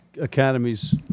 academies